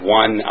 one